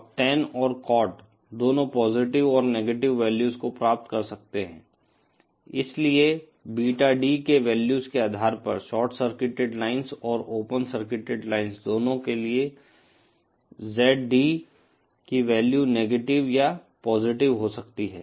अब टैन और कॉट दोनों पॉजिटिव और नेगेटिव वैल्यूज को प्राप्त कर सकते हैं इसलिए बीटा डी के वैल्यूज के आधार पर शॉर्ट सर्किटेड लाइन्स और ओपन सर्किटेड लाइन्स दोनों के लिए ZD की वैल्यू नेगेटिव या पॉजिटिव हो सकती है